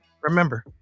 Remember